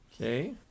Okay